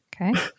Okay